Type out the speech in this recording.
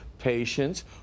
Patients